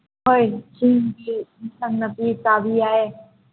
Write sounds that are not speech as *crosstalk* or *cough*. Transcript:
ꯍꯣꯏ *unintelligible* ꯑꯦꯟꯁꯥꯡ ꯅꯥꯄꯤ ꯆꯥꯕ ꯌꯥꯏ